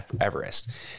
Everest